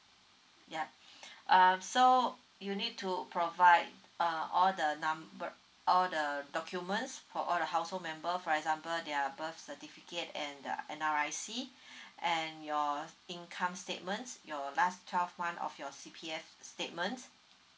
ya uh so you need to provide uh all the number all the documents for all the household member for example their birth certificate and the N_R_I_C and your income statements your last twelve month of your C_P_F statements